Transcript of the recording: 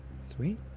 Sweet